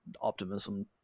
optimism